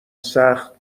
سخت